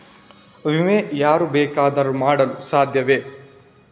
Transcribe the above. ವಿಮೆ ಯಾರು ಬೇಕಾದರೂ ಮಾಡಲು ಸಾಧ್ಯವೇ?